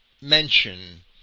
mention